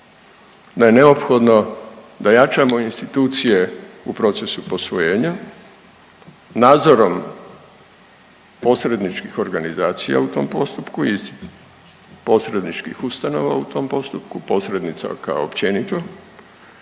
da je neophodno da jačamo institucije u procesu posvojenja nadzorom posredničkih organizacija u tom postupku i posredničkih ustanova u tom postupku, posrednica kao općenito,